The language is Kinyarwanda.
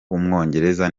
w’umwongereza